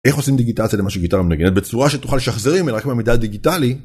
איך עושים דיגיטאציה למה שגיטרה מנגנת בצורה שתוכל לשחזר ממנה רק מהמידע הדיגיטלי